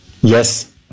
Yes